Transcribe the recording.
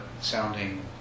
sounding